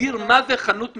שמגדיר מה זה חנות מיוחדת,